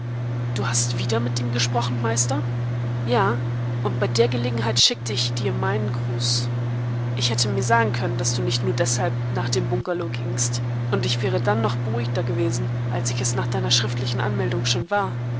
du hast wieder mit ihm gesprochen meister ja und bei der gelegenheit schickte ich dir meinen gruß ich hätte mir sagen können daß du nicht nur deshalb nach dem bungalow gingst und ich wäre dann noch beruhigter gewesen als ich es nach deiner schriftlichen anmeldung schon war